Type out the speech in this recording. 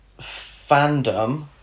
fandom